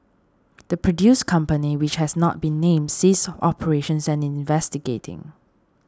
the produce company which has not been named ceased operations and is investigating